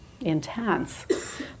intense